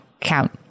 count